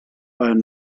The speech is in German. euren